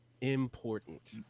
important